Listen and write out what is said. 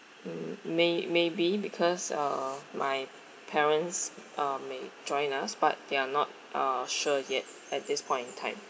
mm may maybe because uh my parents uh may join us but they are not uh sure yet at this point in time